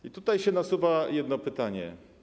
I tutaj się nasuwa jedno pytanie.